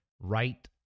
right